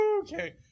Okay